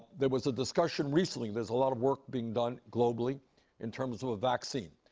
there was a discussion recently there's a lot of work being done globally in terms of a vaccine.